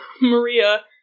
Maria